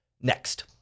next